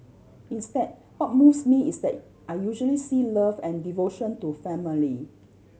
instead what moves me is that I usually see love and devotion to family